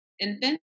infant